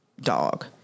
dog